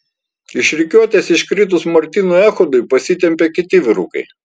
iš rikiuotės iškritus martynui echodui pasitempė kiti vyrukai